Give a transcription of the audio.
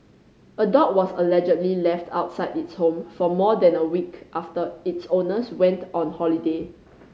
a dog was allegedly left outside its home for more than a week after its owners went on holiday